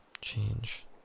change